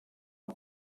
bwe